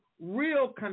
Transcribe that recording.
real